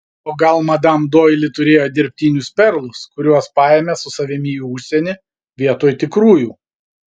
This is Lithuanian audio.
o gal madam doili turėjo dirbtinius perlus kuriuos paėmė su savimi į užsienį vietoj tikrųjų